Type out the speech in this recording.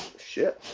shit